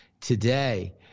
today